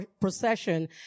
procession